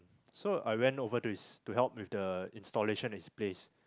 so I went over to his to help with the installation at his place